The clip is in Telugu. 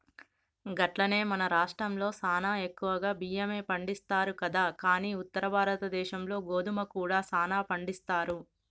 గట్లనే మన రాష్ట్రంలో సానా ఎక్కువగా బియ్యమే పండిస్తారు కదా కానీ ఉత్తర భారతదేశంలో గోధుమ కూడా సానా పండిస్తారు